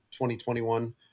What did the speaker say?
2021